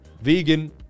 vegan